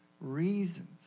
reasons